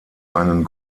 einen